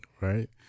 Right